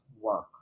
work